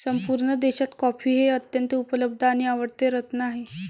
संपूर्ण देशात कॉफी हे अत्यंत उपलब्ध आणि आवडते रत्न आहे